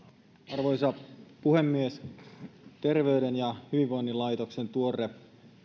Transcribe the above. arvoisa puhemies terveyden ja hyvinvoinnin laitoksen tuore